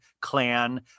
clan